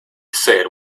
said